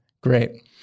Great